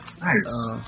Nice